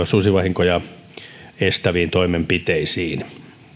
susivahinkoja estäviin toimenpiteisiin